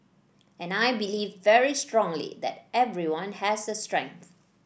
and I believe very strongly that everyone has a strength